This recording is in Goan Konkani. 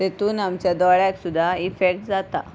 तितून आमच्या दोळ्याक सुद्दां इफेक्ट जाता